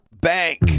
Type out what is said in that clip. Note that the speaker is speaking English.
bank